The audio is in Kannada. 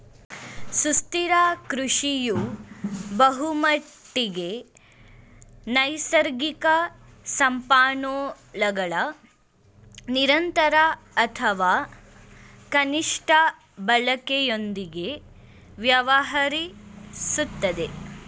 ಸುಸ್ಥಿರ ಕೃಷಿಯು ಬಹುಮಟ್ಟಿಗೆ ನೈಸರ್ಗಿಕ ಸಂಪನ್ಮೂಲಗಳ ನಿರಂತರ ಅಥವಾ ಕನಿಷ್ಠ ಬಳಕೆಯೊಂದಿಗೆ ವ್ಯವಹರಿಸುತ್ತದೆ